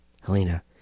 Helena